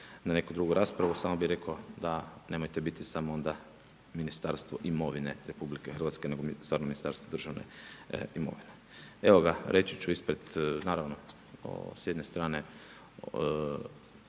na neku drugu raspravu. Samo bih rekao, nemojte biti samo Ministarstvo imovine RH, nego stvarno Ministarstvo državne imovine. Reći ću ispred, naravno s jedne strane